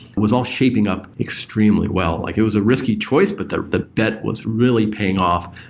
was all shaping up extremely well. like it was a risky choice, but the the bet was really paying off.